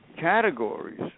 categories